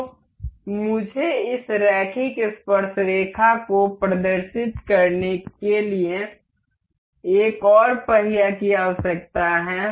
तो मुझे इस रैखिक स्पर्शरेखा को प्रदर्शित करने के लिए एक और पहिया की आवश्यकता है